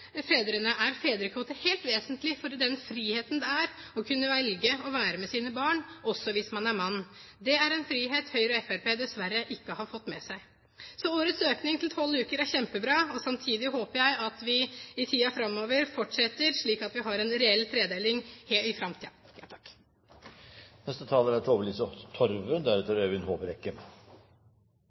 fedrene er fedrekvote helt vesentlig for den friheten det er å kunne velge å være med sine barn, også hvis man er mann. Det er en frihet Høyre og Fremskrittspartiet dessverre ikke har fått med seg. Så årets økning til tolv uker er kjempebra. Samtidig håper jeg at vi i tiden framover fortsetter, slik at vi har en reell tredeling i framtiden. Likestilling i et samfunn er